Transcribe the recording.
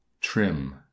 Trim